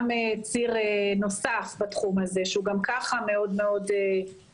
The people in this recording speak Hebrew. ציר נוסף בתחום הזה שגם כך מאוד בעייתי.